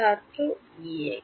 ছাত্র E x